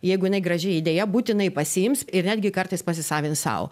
jeigu jinai graži idėja būtinai pasiims ir netgi kartais pasisavins sau